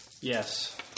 Yes